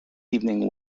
evening